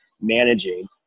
managing